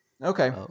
Okay